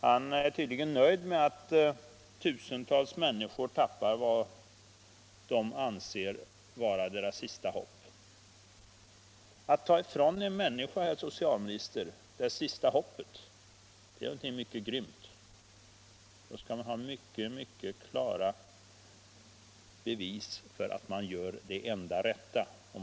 Han är tydligen nöjd med att tusentals tappar vad de betraktar som sitt sista hopp. Att ta ifrån en människa det sista hoppet är någonting mycket grymt, herr socialminister. När man gör någonting sådant skall man ha mycket klara bevis för att man gör det enda rätta.